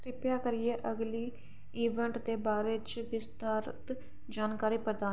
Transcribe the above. किरपा करियै अगली इवेंट दे बारे च बिस्तृत जानकारी प्रदान करो